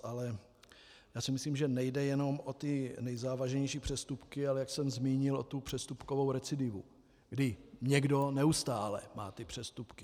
Ale já si myslím, že nejde jenom o ty nejzávažnější přestupky, ale jak jsem zmínil, o tu přestupkovou recidivu, kdy někdo neustále má ty přestupky.